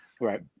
right